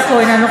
מוותר,